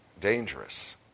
dangerous